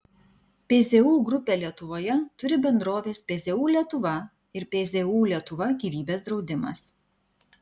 pzu grupė lietuvoje turi bendroves pzu lietuva ir pzu lietuva gyvybės draudimas